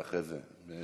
אדוני היושב-ראש, אדוני